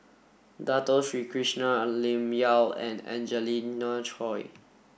Dato Sri Krishna Lim Yau and Angelina Choy